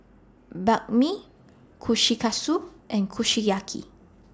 Banh MI Kushikatsu and Kushiyaki